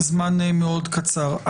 זמן מאוד קצר.